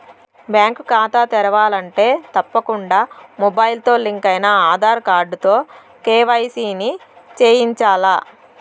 bank కాతా తెరవాలంటే తప్పకుండా మొబయిల్తో లింకయిన ఆదార్ కార్డుతో కేవైసీని చేయించాల్ల